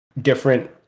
different